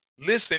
Listen